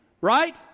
Right